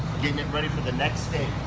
getting it ready for the next day.